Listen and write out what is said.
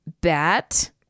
bat